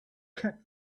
kept